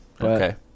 Okay